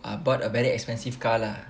ah bought a very expensive car lah